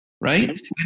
right